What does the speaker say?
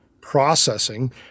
processing